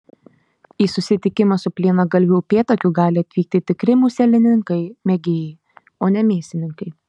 į susitikimą su plienagalviu upėtakiu gali atvykti tikri muselininkai mėgėjai o ne mėsininkai